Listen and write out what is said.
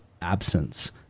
absence